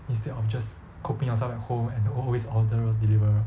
instead of just cooping yourself at home and always order delivery